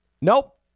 nope